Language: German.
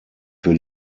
für